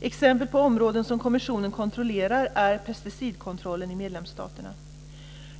Exempel på områden som kommissionen kontrollerar är pesticidkontrollen i medlemsstaterna.